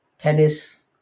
tennis